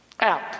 out